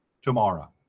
tomorrow